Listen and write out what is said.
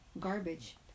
garbage